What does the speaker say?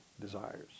desires